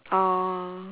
oh